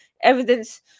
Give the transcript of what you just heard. evidence